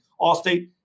Allstate